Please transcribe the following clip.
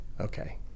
Okay